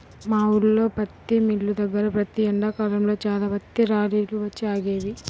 మా ఊల్లో పత్తి మిల్లు దగ్గర ప్రతి ఎండాకాలంలో చాలా పత్తి లారీలు వచ్చి ఆగేవి